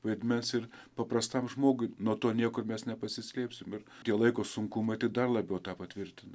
vaidmens ir paprastam žmogui nuo to niekur mes nepasislėpsim ir tie laiko sunkumai tai dar labiau tą patvirtina